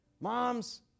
Moms